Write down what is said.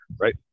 right